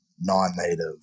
non-native